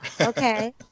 Okay